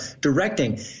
directing